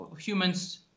humans